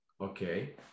okay